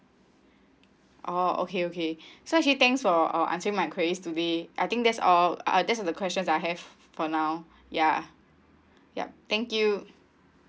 oh okay okay so here thanks for answering my queries today I think that's all that's all the questions I have for now ya yup thank you